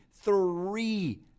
Three